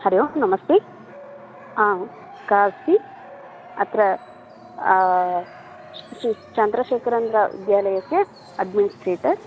हरिः ओं नमस्ते आम् का अस्ति अत्र श्री चन्द्रशेखरेन्द्रः विद्यालयस्य अड्मिनिस्ट्रेटर्